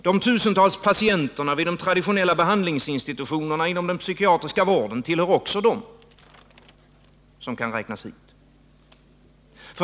De tusentals patienterna vid traditionella behandlingsinstitutioner inom den psykiatriska vården tillhör också dem som kan räknas dit.